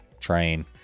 train